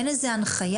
אין איזו הנחיה?